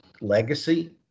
legacy